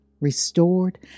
restored